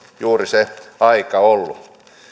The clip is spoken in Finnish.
juuri se aika ollut